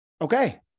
Okay